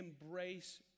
embrace